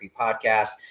podcast